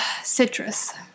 Citrus